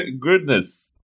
goodness